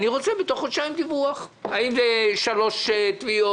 אני רוצה בתוך חודשיים דיווח: האם שלוש תביעות,